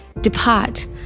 Depart